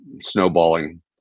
snowballing